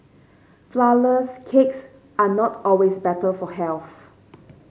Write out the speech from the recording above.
flourless cakes are not always better for health